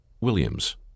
Williams